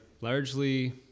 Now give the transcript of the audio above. largely